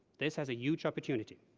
this has a huge opportunity.